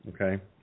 okay